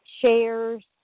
shares